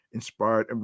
inspired